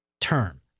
term